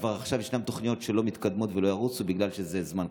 כבר עכשיו יש תוכניות שלא מתקדמות ולא ירוצו בגלל שהזמן קצר.